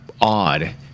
odd